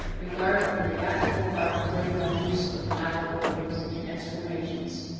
regard for the actual part played by use of the bodily organs in explorations,